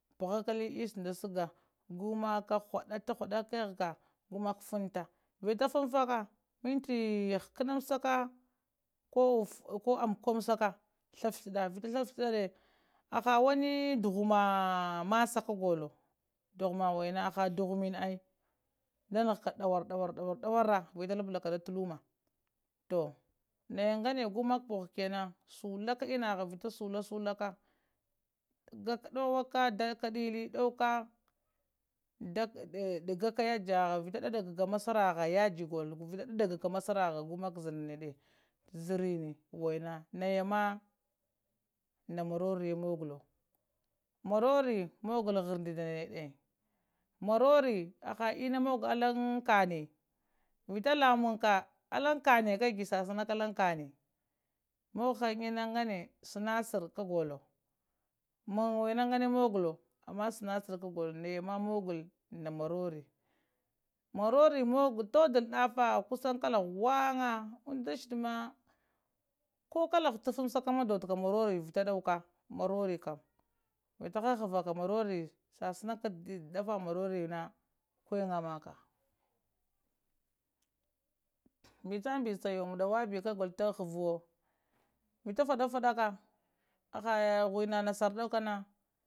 Phankali yis nda sugar gumaka huadata huwahudaka gumak funta vita funfaka minti ghakananmsaka koh koh ammuwansaka daftha vita thafthade aha wani duhuma masa kagolowo duhuma waina aha duhu inin ai ba nahka dana daura dauara vita lablaka dah luna toh nayagan ede gumak voss kenan sulaka inna ha vita sulasulaka dadauka dakka dilli dauka dak dadagaka yafiyaha vita dadagaka massaraha yafi gule zowo vita dadagaka massaraha gumak zowo ndanede zirini waina nayama nda marori mugolowo marori mugolowo harddi ndanede marori aha inna mugg langa kanne vita lamang ka allang kanne kaggi sasimaka allang kanne mugg hang enna nganede shinasar kagulowo mann waina nganede mugulowo ama shinasar ka gulowo naya ma mugolowa nda marori, marori mugol toddlo daffa kussan kala ghunga, unda shidd ma koh kala hutaffamasaka ma dottka marori vita ɗauka marori kam vita hahavaka marori shasana ka ɗowo ɗaffa marori na kuen maka mbichamɓichi, maddabi ka golowo, ta havowo vita fada fadaka na aha ghuina nassar ɗaukana